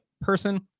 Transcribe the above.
person